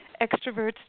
extroverts